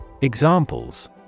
Examples